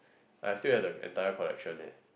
I still have the entire collections leh